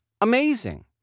amazing